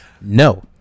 no